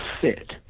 fit